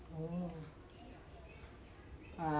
oh uh